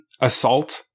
assault